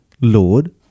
Lord